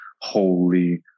holy